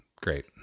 great